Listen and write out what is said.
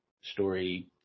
story